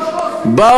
כמו שעושים לערבים,